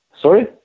Sorry